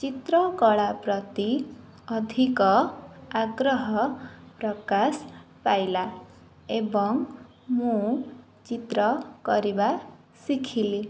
ଚିତ୍ରକଳା ପ୍ରତି ଅଧିକ ଆଗ୍ରହ ପ୍ରକାଶ ପାଇଲା ଏବଂ ମୁଁ ଚିତ୍ର କରିବା ଶିଖିଲି